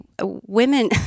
women